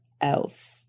else